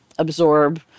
absorb